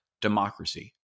democracy